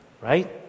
right